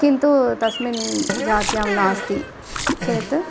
किन्तु तस्मिन् जात्यां नास्ति चेत्